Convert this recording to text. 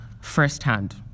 Firsthand